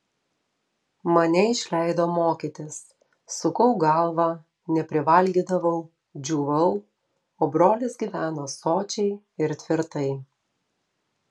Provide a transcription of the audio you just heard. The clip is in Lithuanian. mane išleido mokytis sukau galvą neprivalgydavau džiūvau o brolis gyveno sočiai ir tvirtai